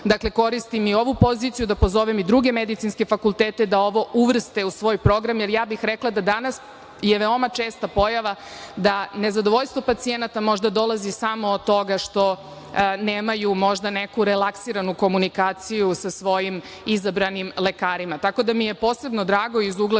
put koristim i ovu poziciju da pozovem i druge medicinske fakultete da ovo uvrste u svoj program, jer ja bih rekla da danas je veoma česta pojava da nezadovoljstvo pacijenata možda dolazi samo od toga što nemaju možda neku relaksiranu komunikaciju sa svojim izabranim lekarima. Posebno